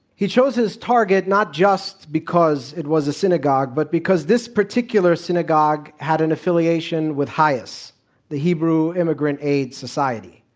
he chose his target, not just because it was a synagogue, but because this particular synagogue had an affiliation with hias the hebrew immigrant aid society.